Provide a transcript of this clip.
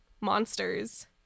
monsters